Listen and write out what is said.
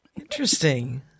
Interesting